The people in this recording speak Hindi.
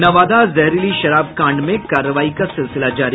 नवादा जहरीली शराब कांड में कार्रवाई का सिलसिला जारी